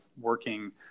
working